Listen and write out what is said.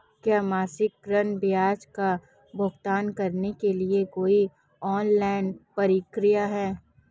क्या मासिक ऋण ब्याज का भुगतान करने के लिए कोई ऑनलाइन प्रक्रिया है?